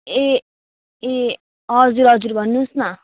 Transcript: ए ए हजुर हजुर भन्नुहोस् न